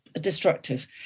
destructive